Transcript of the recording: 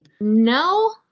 No